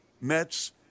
Mets